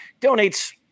donates